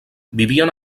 vivien